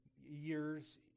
years